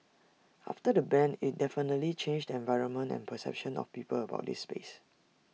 after the ban IT definitely changed the environment and perception of people about this space